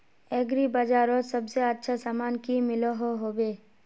Agri बजारोत सबसे अच्छा सामान की मिलोहो होबे?